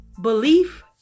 belief